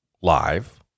live